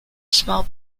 small